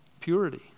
purity